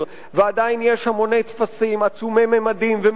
ועדיין יש המוני טפסים עצומי ממדים ומרובי